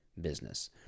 business